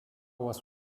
was